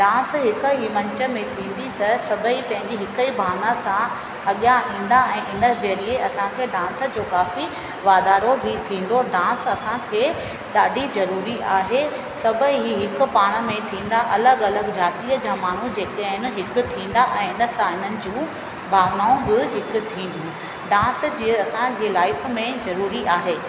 dance हिकु ई मंच में थींदी त सभई पंहिंजी हिकु ई भावना सां अॻियां ईंदा ऐं इन ज़रिए असांखे डांस जो काफी वाधारो भी थींदो डांस असांखे ॾाढी ज़रूरी आहे सभई ई हिकु पाण में थींदा अलॻि अलॻि ज़ातीअ जा माण्हू जेके आहिनि हिकु थींदा ऐं इन सां हिननि जूं भावनाऊं बि हिकु थींदियूं डांस जे असांजे लाइफ में ज़रूरी आहे